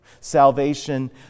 Salvation